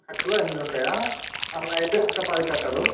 కట్టలో ఎనిమిది ఉంటాయా అలా అయితే ఒక పది కట్టలు